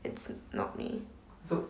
it's not me